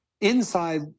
inside